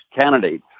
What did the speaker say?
candidate